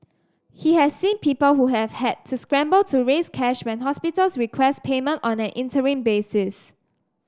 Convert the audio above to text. he has seen people who have had to scramble to raise cash when hospitals request payment on an interim basis